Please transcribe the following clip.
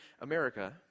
america